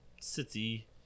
City